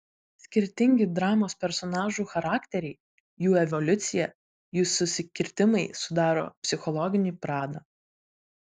skirtingi dramos personažų charakteriai jų evoliucija jų susikirtimai sudaro psichologinį pradą